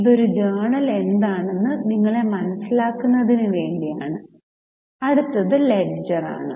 ഇത് ഒരു ജേണൽ എന്താണെന്ന് നിങ്ങളെ മനസിലാക്കുന്നതിന് വേണ്ടിയാണ് അടുത്തത് ലെഡ്ജറാണ്